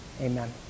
amen